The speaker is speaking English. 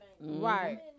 Right